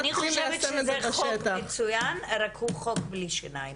אני חושבת שזה חוק מצוין, רק הוא חוק בלי שיניים.